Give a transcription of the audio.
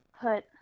put